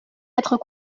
être